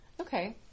Okay